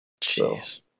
Jeez